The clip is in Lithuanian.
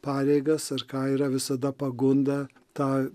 pareigas ar ką yra visada pagunda tą